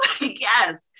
Yes